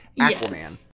aquaman